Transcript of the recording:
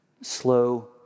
slow